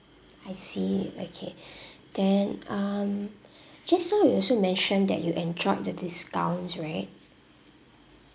I see okay then um just now you also mentioned that you enjoyed the discounts right